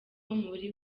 umubiri